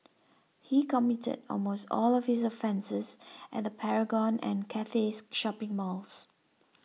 he committed almost all of his offences at the Paragon and Cathay shopping malls